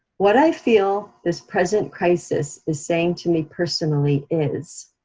what i feel this present crisis is saying to me personally is,